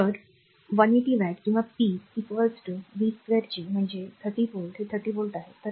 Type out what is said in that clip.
तर 180 वॅट किंवाp r v2 G म्हणजे r 30v हे 30 व्होल्ट आहे